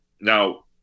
Now